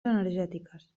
energètiques